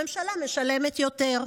הממשלה משלמת יותר,